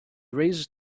raised